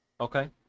Okay